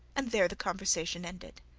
and there the conversation ended.